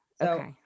Okay